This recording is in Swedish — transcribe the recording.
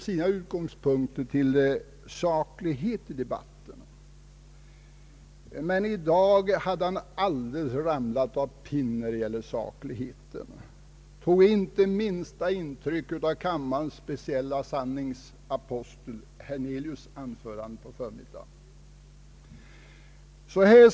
Vi fann det inte nödvändigt med en liten bibel i detta sammanhang.